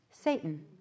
Satan